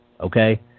okay